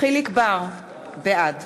יחיאל חיליק בר, בעד